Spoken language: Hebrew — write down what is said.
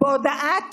בהודעת